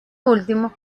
último